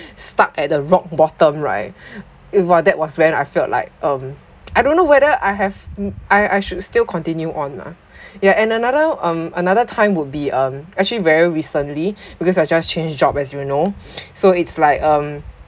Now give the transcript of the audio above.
stuck at the rock bottom right it !wah! that when I felt like um I don't know whether I have I I should still continue on lah yeah and another um another time would be um actually very recently because I just change job as you know so it's like um